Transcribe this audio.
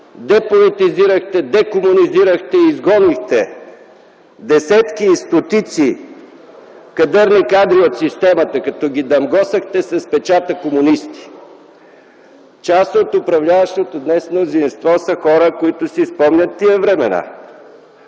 деполитизирахте, декомунизирахте и изгонихте десетки и стотици кадърни кадри от системата, като ги дамгосахте с печата комунисти. Част от управляващото мнозинство днес са хора, които си спомнят тези времена.